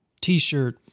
T-shirt